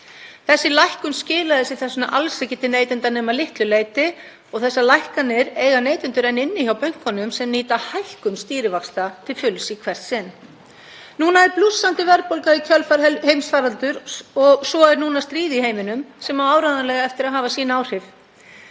Þessi lækkun skilaði sér þess vegna alls ekki til neytenda nema að litlu leyti. Þessar lækkanir eiga neytendur enn inni hjá bönkunum sem nýta hækkun stýrivaxta til fulls í hvert sinn. Núna er blússandi verðbólga í kjölfar heimsfaraldurs og svo er núna stríð í heiminum sem á áreiðanlega eftir að hafa sín áhrif.